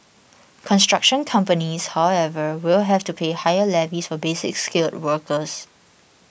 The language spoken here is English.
construction companies however will have to pay higher levies for Basic Skilled workers